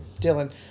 Dylan